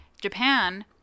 japan